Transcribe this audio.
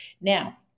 Now